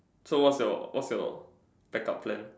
so what's your what's your backup plan